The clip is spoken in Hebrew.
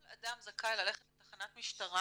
כל אדם זכאי ללכת לתחנת משטרה